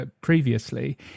previously